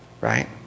Right